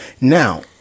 Now